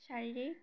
শারীরিক